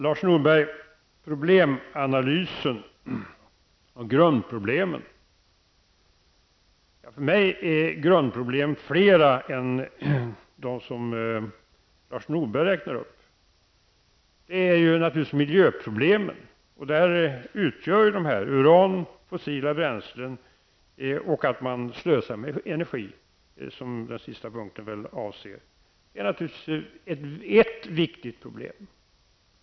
Lars Norberg talade om problemanalysen och grundproblemen. För mig är grundproblemen flera än de som Lars Norberg räknar upp. Det är naturligtvis miljöproblemen. Där utgör ju uran, fossila bränslen och att man slösar med energi -- den sista punkten avser väl detta -- ett viktigt problem.